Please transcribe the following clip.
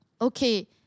Okay